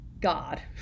God